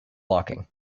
blocking